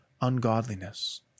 ungodliness